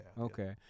Okay